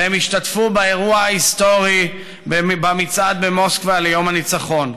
והם ישתתפו באירוע ההיסטורי במצעד במוסקבה לרגל יום הניצחון.